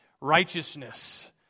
righteousness